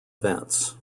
events